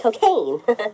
cocaine